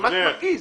זה ממש מרגיז.